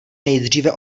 nejdříve